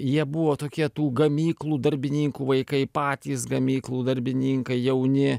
jie buvo tokie tų gamyklų darbininkų vaikai patys gamyklų darbininkai jauni